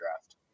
draft